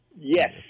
Yes